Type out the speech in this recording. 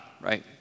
right